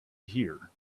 here